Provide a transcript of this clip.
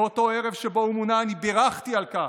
באותו ערב שבו הוא מונה, אני בירכתי על כך.